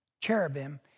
cherubim